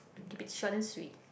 keep it short and sweet